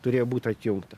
turėjo būt atjungta